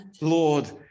Lord